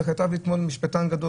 איך כתב משפטן גדול?